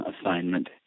Assignment